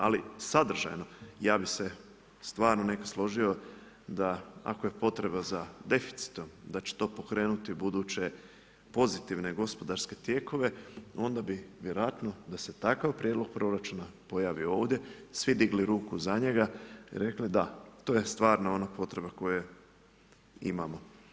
Ali, sadržajno i ja bi se stvarno ne bi složio, ako je potreba za deficitom, da će to pokrenuti pozitivne gospodarske tijekove, onda bi vjerojatno da se takav prijedlog proračuna pojavi ovdje svi digli ruku za njega i rekli, da to je stvarno ona potreba koju imamo.